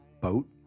boat